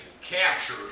capture